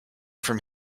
from